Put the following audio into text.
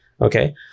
Okay